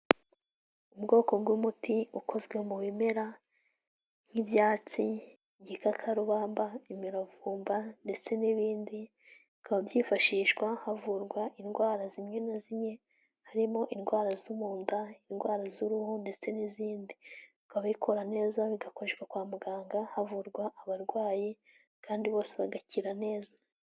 Ubwoko bw'umuti ukozwe mu bimera nk'ibyatsi, igikakarubamba, imiravumba, ndetse n'ibindi, bikaba byifashishwa havurwa indwara zimwe na zimwe harimo indwara zo munda, indwara z'uruhu, ndetse n'izindi. Bakabikora neza bigakoreshwa kwa muganga, havurwa abarwayi kandi bose bagakira neza.